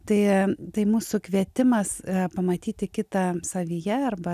tai tai mūsų kvietimas pamatyti kitą savyje arba